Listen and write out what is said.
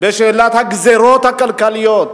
בשאלת הגזירות הכלכליות,